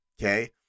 okay